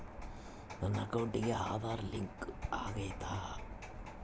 ನನ್ನ ಅಕೌಂಟಿಗೆ ಆಧಾರ್ ಲಿಂಕ್ ಆಗೈತಾ?